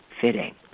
fitting